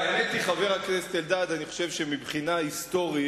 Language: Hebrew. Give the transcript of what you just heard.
האמת היא, חבר הכנסת אלדד, שמבחינה היסטורית